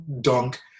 dunk